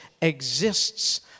exists